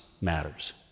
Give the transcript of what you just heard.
matters